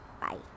bye